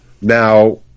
Now